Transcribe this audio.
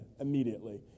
immediately